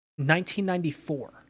1994